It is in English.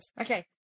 Okay